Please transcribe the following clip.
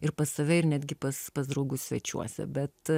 ir pas save ir netgi pats pas draugus svečiuose bet